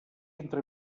entre